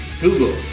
google